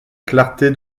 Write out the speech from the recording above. clarté